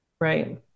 Right